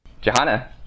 Johanna